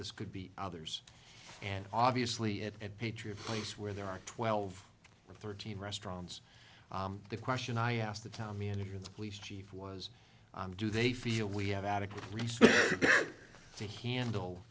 this could be others and obviously it at patriot place where there are twelve or thirteen restaurants the question i asked the town manager and the police chief was do they feel we have adequate resources to handle